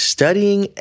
Studying